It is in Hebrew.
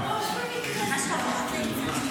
ליו"ר האופוזיציה, שלי.